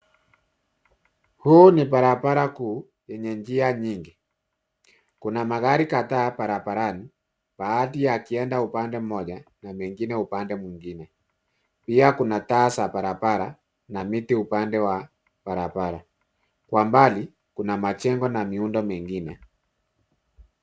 Huu ni barabara kuu yenye njia nyingi. Kuna magari kadhaa barabarani baadhi yakienda upande mmoja na mengine upande mwingine. Pia kuna taa za barabara na miti upande wa barabara. Kwa mbali kuna majengo na miundo mengine.